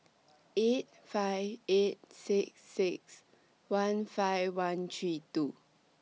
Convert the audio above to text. eight five eight six six one five one three two